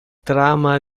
trama